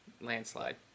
Landslide